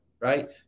right